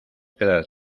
quedar